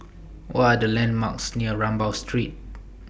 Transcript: What Are The landmarks near Rambau Street